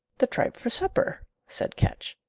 the tripe for supper, said ketch.